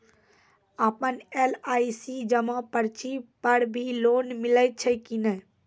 आपन एल.आई.सी जमा पर्ची पर भी लोन मिलै छै कि नै?